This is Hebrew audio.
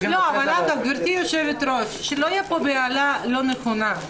גברתי היושבת-ראש, שלא תהיה פה בהלה לא נכונה.